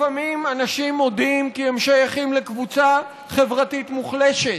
לפעמים אנשים מודים כי הם שייכים לקבוצה חברתית מוחלשת,